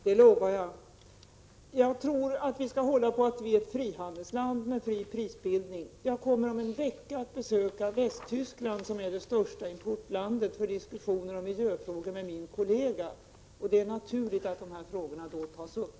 Herr talman! Jag tror att vi skall stå fast vid att Sverige är ett frihandelsland med fri prisbildning. Jag kommer om en vecka att besöka Västtyskland, som är det största importlandet i detta sammanhang, för att diskutera miljöfrågor med min kollega där. Det är naturligt att dessa frågor då tas upp.